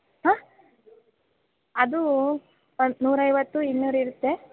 ಹಾಂ ಅದು ನೂರೈವತ್ತು ಇನ್ನೂರು ಇರುತ್ತೆ